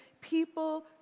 people